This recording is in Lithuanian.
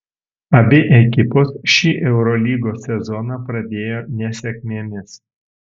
abi ekipos šį eurolygos sezoną pradėjo nesėkmėmis